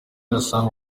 asanga